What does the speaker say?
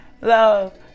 love